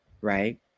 right